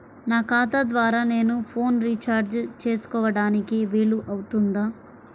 నా ఖాతా ద్వారా నేను ఫోన్ రీఛార్జ్ చేసుకోవడానికి వీలు అవుతుందా?